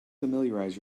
familiarize